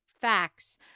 facts